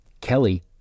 kelly